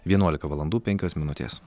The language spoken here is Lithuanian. vienuolika valandų penkios minutės